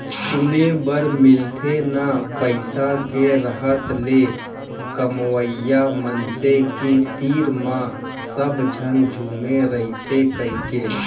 सुने बर मिलथे ना पइसा के रहत ले कमवइया मनसे के तीर म सब झन झुमे रइथें कइके